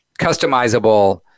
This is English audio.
customizable